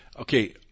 Okay